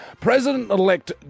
President-elect